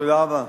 תודה רבה.